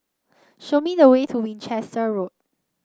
show me the way to Winchester Road